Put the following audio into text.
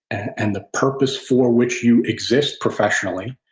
and and the purpose for which you exist professionally.